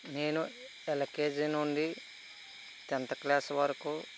నేను ఎల్కేజీ నుండి tenth class వరకు